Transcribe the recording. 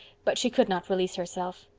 but she could not release herself.